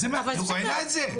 העלה את זה.